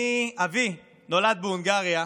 אבי נולד בהונגריה,